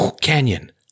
Canyon